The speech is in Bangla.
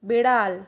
বিড়াল